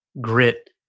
grit